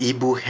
Ibu